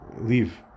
leave